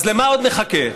אז למה עוד נחכה?